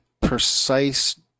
precise